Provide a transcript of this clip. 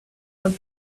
would